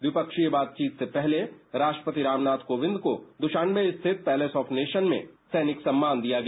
डिफ्सीय बातचीत से पहले राष्ट्रपति रामनाथ कोविंद को दुशान में स्थित पैलेस ऑफ नेशन में सैनिक सम्मान दिया गया